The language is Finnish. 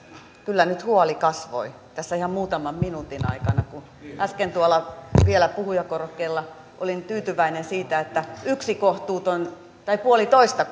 kyllä nyt huoli kasvoi tässä ihan muutaman minuutin aikana kun äsken vielä tuolla puhujakorokkeella olin tyytyväinen siitä että yksi kohtuuton asia tai puolitoista